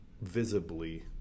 visibly